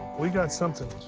we got something.